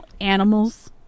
animals